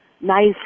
nice